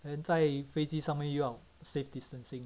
then 在飞机上面又要 safe distancing